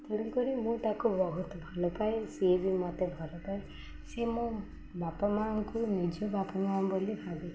ତେଣୁକରି ମୁଁ ତାକୁ ବହୁତ ଭଲ ପାଏ ସିଏ ବି ମତେ ଭଲ ପାଏ ସିଏ ମୋ ବାପା ମାଆଙ୍କୁ ନିଜ ବାପା ମାଆ ବୋଲି ଭାବି